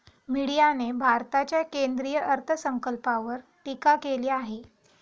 मीडियाने भारताच्या केंद्रीय अर्थसंकल्पावर टीका केली आहे